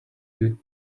you